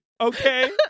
Okay